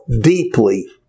deeply